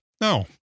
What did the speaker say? no